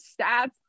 stats